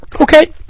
Okay